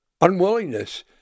unwillingness